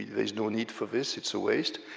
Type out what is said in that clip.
there's no need for this. it's a waste.